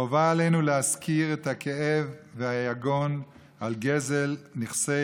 חובה עלינו להזכיר את הכאב והיגון על גזל נכסי